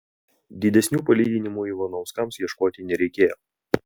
didesnių palyginimų ivanauskams ieškoti nereikėjo